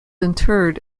interred